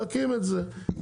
להקים את זה,